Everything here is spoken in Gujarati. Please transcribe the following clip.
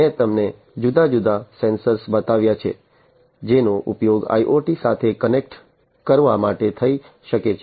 મેં તમને જુદા જુદા સેન્સર બતાવ્યા છે જેનો ઉપયોગ IoT સાથે કનેક્ટ કરવા માટે થઈ શકે છે